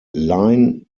line